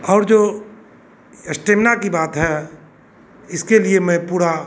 और जो स्टेमिना की बात है इसके लिए मैं पूरा